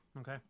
Okay